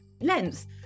length